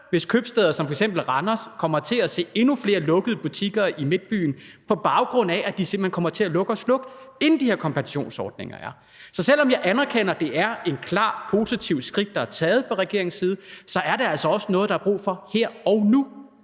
i købstæder som f.eks. Randers kommer til at se endnu flere lukkede butikker i midtbyen, på baggrund af at de simpelt hen kommer til at lukke og slukke, inden de her kompensationsordninger er der. Så selv om jeg anerkender, at det er et klart positivt skridt, der er taget fra regeringens side, er det altså noget, der er brug for her og nu